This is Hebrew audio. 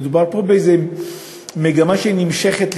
מדובר פה באיזו מגמה שנמשכת,